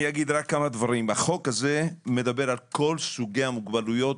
החוק הזה מדבר על כל סוגי המוגבלויות,